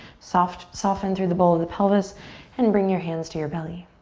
soften soften through the bowl of the pelvis and bring your hands to your belly.